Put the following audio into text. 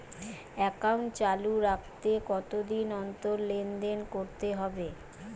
Account চালু রাখতে কতদিন অন্তর লেনদেন করতে হবে?